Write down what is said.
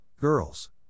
girls